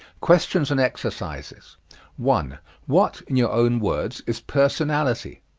questions and exercises one. what, in your own words, is personality?